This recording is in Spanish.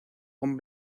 son